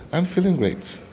i'm feeling great.